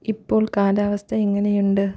ഇപ്പോൾ കാലാവസ്ഥ എങ്ങനെയുണ്ട്